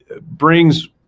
brings